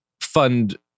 fund